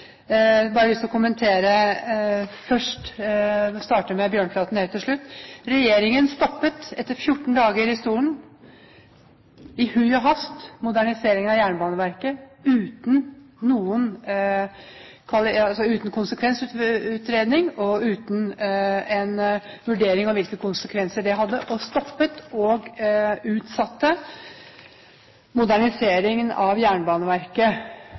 bare lyst til å komme med noen kommentarer, og jeg vil starte med Bjørnflatens siste innlegg. Etter 14 dager i stolen stoppet og utsatte regjeringen i hui og hast moderniseringen av Jernbaneverket uten konsekvensutredning, uten vurdering av hvilke konsekvenser det hadde. Det er det som er alvorlig, og